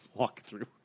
walkthrough